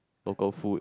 local food